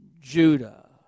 Judah